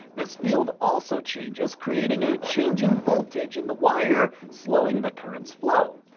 this field also changes creating a changing voltage in the wire, slowing the current's flow.